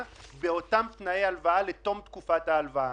באותם תנאי הלוואה לתום תקופת ההלוואה.